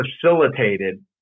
facilitated